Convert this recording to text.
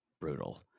brutal